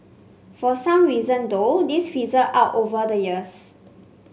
for some reason though this fizzled out over the years